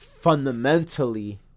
fundamentally